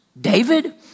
David